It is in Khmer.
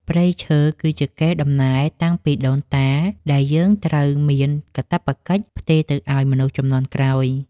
ព្រៃឈើ គឺជាកេរដំណែលតាំងពីដូនតាដែលយើងត្រូវមានកាតព្វកិច្ចផ្ទេរទៅឱ្យមនុស្សជំនាន់ក្រោយ។